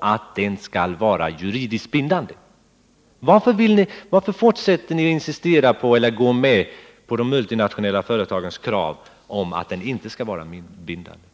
att koden skall vara juridiskt bindande? Varför fortsätter ni att gå med på de multinationella företagens krav att den inte skall vara bindande?